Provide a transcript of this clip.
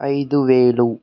ఐదు వేలు